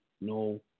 no